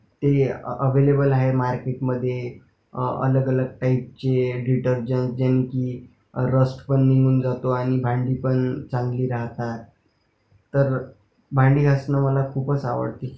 ते अअवेलेबेल आहे मार्कीटमधे अअलगअलग टाईपचे डिटर्जंट ज्यांनी रस्ट पण निघून जातो आणि भांडी पण चांगली राहतात तर भांडी घासणं मला खूपच आवडते